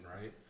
right